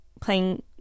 playing